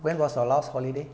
when was your last holiday